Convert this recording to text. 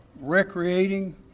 recreating